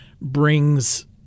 brings